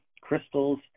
crystals